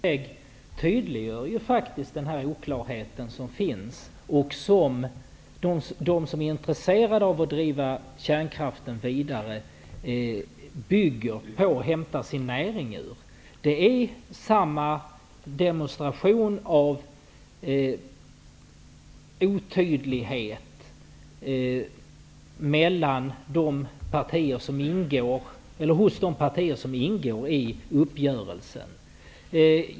Herr talman! Gudrun Norbergs inlägg tydliggör den oklarhet som finns och som de som är intresserade av att driva kärnkraften vidare bygger sin argumentation på och hämtar sin näring ur. Det är samma demonstration av otydlighet hos de partier som ingår i uppgörelsen.